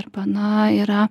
arba na yra